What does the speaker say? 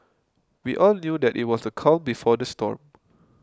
we all knew that it was the calm before the storm